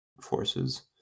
forces